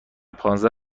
پانزده